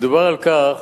מדובר על כך